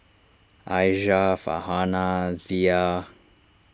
Aisyah Farhanah Dhia